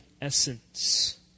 essence